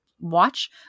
watch